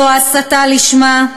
זו הסתה לשמה,